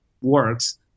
works